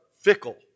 fickle